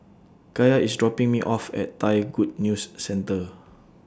Kaia IS dropping Me off At Thai Good News Centre